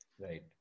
Right